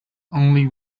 only